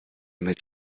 mit